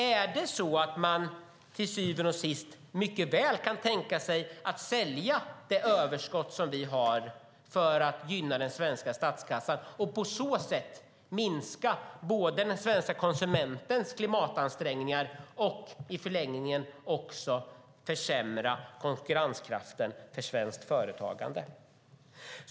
Är det så att man till syvende och sist mycket väl kan tänka sig att sälja det överskott vi har för att gynna den svenska statskassan och på så sätt minska både de svenska konsumenternas klimatansträngningar och, i förlängningen, försämra konkurrenskraften för svenskt företagande?